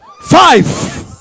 Five